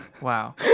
Wow